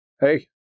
Hey